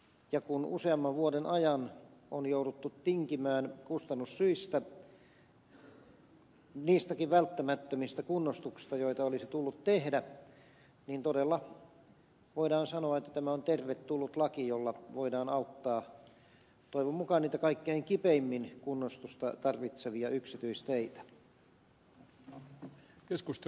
ja kun useamman vuoden ajan on jouduttu tinkimään kustannussyistä niistäkin välttämättömistä kunnostuksista joita olisi tullut tehdä niin todella voidaan sanoa että tämä on tervetullut laki jolla voidaan auttaa toivon mukaan niitä kaikkein kipeimmin kunnostusta tarvitsevia yksityisteitä